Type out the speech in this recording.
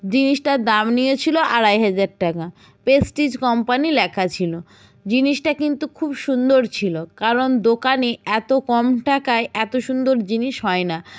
জিনিসটার দাম নিয়েছিল আড়াই হাজার টাকা প্রেস্টিজ কম্পানি লেখা ছিল জিনিসটা কিন্তু খুব সুন্দর ছিল কারণ দোকানে এত কম টাকায় এত সুন্দর জিনিস হয় না